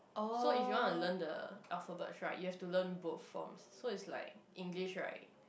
so if you want to learn the alphabets right you have to learn both forms so it's like English right